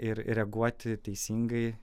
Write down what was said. ir reaguoti teisingai